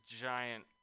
giant –